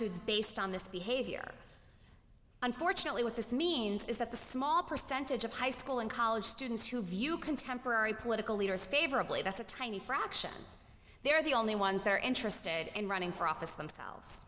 attitudes based on this behavior unfortunately what this means is that the small percentage of high school and college students who view contemporary political leaders favorably that's a tiny fraction they're the only ones that are interested in running for office themselves